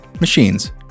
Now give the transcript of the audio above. machines